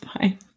fine